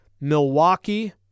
Milwaukee